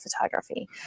photography